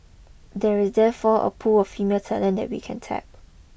there is therefore a pool of female talent that we can tap